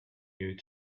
you